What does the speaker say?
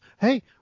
Hey